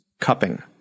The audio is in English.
Cupping